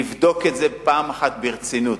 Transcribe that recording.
לבדוק את זה פעם אחת ברצינות.